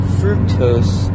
fructose